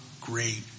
great